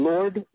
Lord